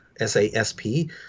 SASP